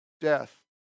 death